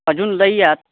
अजून लई आहेत